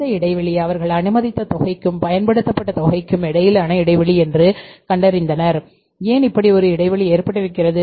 இந்த இடைவெளி அவர்கள் அனுமதித்த தொகைக்கும் பயன்படுத்தப்பட்ட தொகைக்கும் இடையிலான இடைவெளி என்றுக் கண்டறிந்தனர் ஏன் இப்படி ஒரு இடைவெளி ஏற்பட்டிருக்கிறது